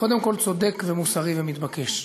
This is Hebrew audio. קודם כול צודק, ומוסרי, ומתבקש,